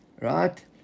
right